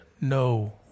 no